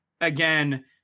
again